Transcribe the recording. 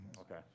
Okay